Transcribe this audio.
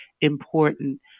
important